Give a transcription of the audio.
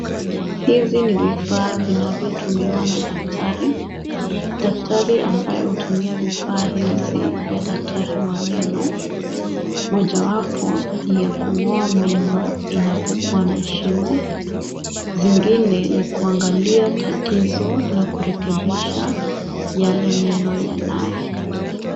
Hizi ni vifaa vinavyotumiwa na daktari. Daktari ambaye hutumia vifaa hizi ni daktari wa meno. Mojawapo ni ya kung'oa meno inapokuwa na shimo. Zingine ni kuangalia tatizo na kurekebisha yale meno yanayo.